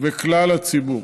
וכלל הציבור.